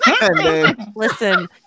listen